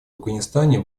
афганистане